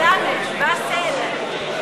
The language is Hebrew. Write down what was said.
באסל, בלמ"ד.